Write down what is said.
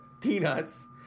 peanuts